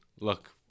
look